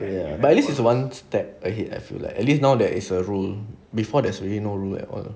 but at least it's one step ahead I feel lah at least now there is a rule before there's really no rule at all